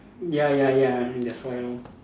ya ya ya that's why lor